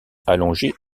allongée